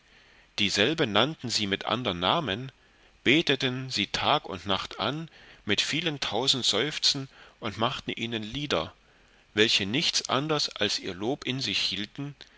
dieselbe nannten sie mit andern namen beteten sie tag und nacht an mit vielen tausend seufzen und machten ihnen lieder welche nichts anders als ihr lob in sich hielten